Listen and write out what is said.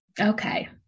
Okay